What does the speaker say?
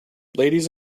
ladies